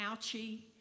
ouchie